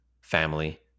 family